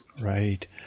Right